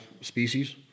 species